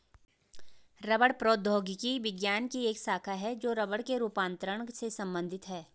रबड़ प्रौद्योगिकी विज्ञान की एक शाखा है जो रबड़ के रूपांतरण से संबंधित है